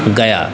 गया